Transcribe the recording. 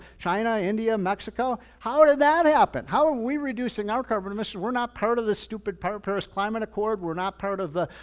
china, india, mexico. how did that happen? how are we reducing our carbon emissions? we're not proud of the stupid power paris climate accord. we're not proud of the,